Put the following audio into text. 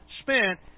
spent